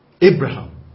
Abraham